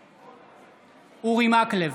בעד אורי מקלב,